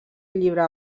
llibre